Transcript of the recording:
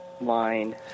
line